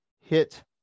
hit